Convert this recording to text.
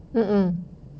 mm mm